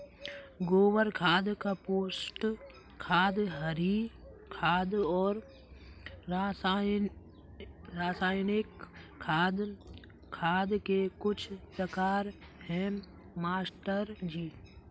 गोबर खाद कंपोस्ट खाद हरी खाद और रासायनिक खाद खाद के कुछ प्रकार है मास्टर जी